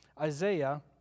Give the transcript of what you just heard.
Isaiah